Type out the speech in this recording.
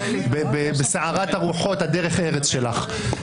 בסערת הרוחות דרך הארץ שלך.